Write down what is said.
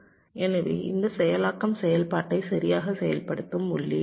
எனவே இந்த செயலாக்கம் செயல்பாட்டை சரியாக செயல்படுத்தும் உள்ளீடாகும்